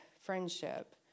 friendship